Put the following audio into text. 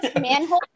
manhole